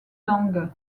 langue